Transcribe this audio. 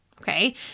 okay